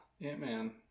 Ant-Man